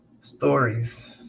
stories